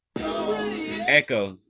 Echo